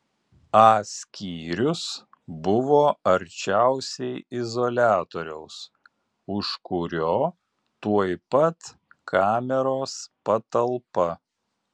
a skyrius buvo arčiausiai izoliatoriaus už kurio tuoj pat kameros patalpa